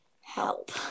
Help